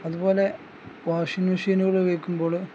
അതുപോലെ വാഷിംഗ് മെഷീനുകൾ ഉപയോഗിക്കുമ്പോൾ